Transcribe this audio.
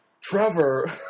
Trevor